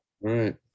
right